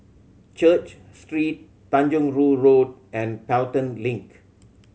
Church Street Tanjong Rhu Road and Pelton Link